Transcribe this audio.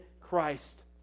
Christ